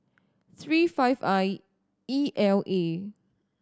three five I E L A